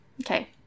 Okay